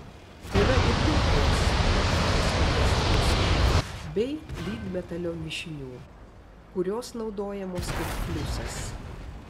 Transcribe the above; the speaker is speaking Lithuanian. yra ir pilkos metalo spalvos fliuso bei lydmetalio mišinių kurios naudojamos kaip fliusas